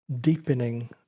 deepening